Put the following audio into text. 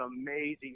amazing